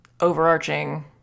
overarching